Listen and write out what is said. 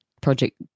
project